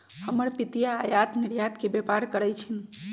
हमर पितिया आयात निर्यात के व्यापार करइ छिन्ह